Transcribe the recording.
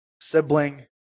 sibling